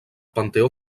panteó